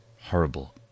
Horrible